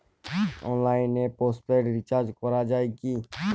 অনলাইনে postpaid recharge করা যায় কি?